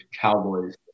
Cowboys